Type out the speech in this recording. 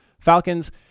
Falcons